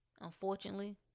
Unfortunately